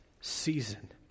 season